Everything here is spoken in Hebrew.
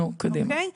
אוקיי.